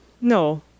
No